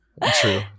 True